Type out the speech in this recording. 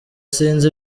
sinzi